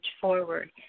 forward